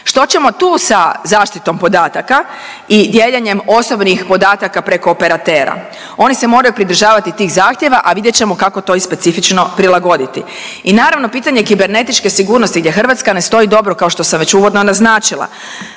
Što ćemo tu sa zaštitom podataka i dijeljenjem osobnih podataka preko operatera. Oni se moraju pridržavati tih zahtjeva, a vidjet ćemo kao to i specifično prilagoditi. I naravno pitanje kibernetičke sigurnosti gdje Hrvatska ne stoji dobro kao što sam već uvodno naznačila.